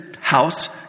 house